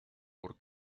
por